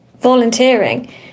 volunteering